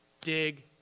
Dig